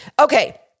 Okay